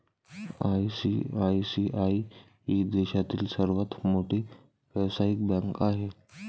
ICICI ही देशातील सर्वात मोठी व्यावसायिक बँक आहे